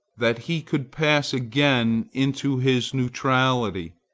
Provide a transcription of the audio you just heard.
that he could pass again into his neutrality!